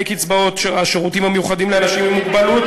קצבאות השירותים המיוחדים לאנשים עם מוגבלות,